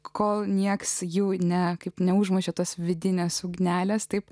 kol niekas jų ne kaip neužmušė tos vidinės ugnelės taip